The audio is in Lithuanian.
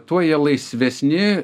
tuo jie laisvesni